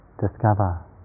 discover